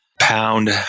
pound